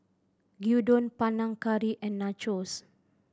Gyudon Panang Curry and Nachos